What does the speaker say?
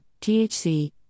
THC